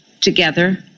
together